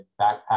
backpack